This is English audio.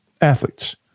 athletes